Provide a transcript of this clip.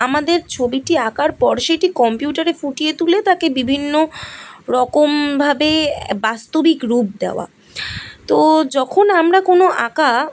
আমাদের ছবিটি আঁকার পর সেটি কম্পিউটারে ফুটিয়ে তুলে তাকে বিভিন্ন রকমভাবে বাস্তবিক রূপ দেওয়া তো যখন আমরা কোনো আঁকা